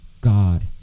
God